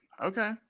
Okay